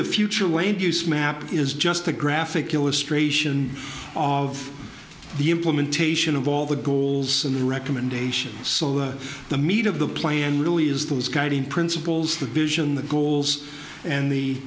the future way and use map is just a graphic illustration of the implementation of all the goals and the recommendations so the meat of the plan really is those guiding principles the vision the goals and the